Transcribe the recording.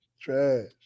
Trash